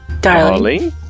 Darling